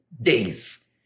days